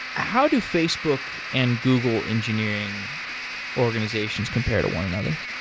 how do facebook and google engineering organizations compare to one another?